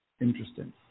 Interesting